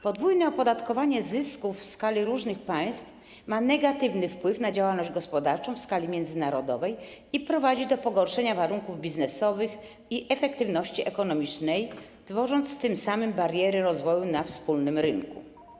Podwójne opodatkowanie zysków w różnych państwach ma negatywny wpływ na działalność gospodarczą w skali międzynarodowej i prowadzi do pogorszenia warunków biznesowych i efektywności ekonomicznej, tworząc tym samym bariery rozwoju na wspólnym rynku.